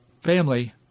family